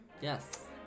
Yes